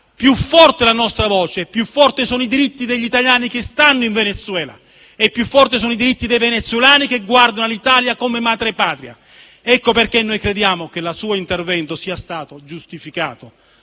siamo l'Italia - più forti sono i diritti degli italiani che stanno in Venezuela e più forti sono i diritti dei venezuelani che guardano all'Italia come madrepatria. Per questo crediamo che il suo intervento sia stato giustificato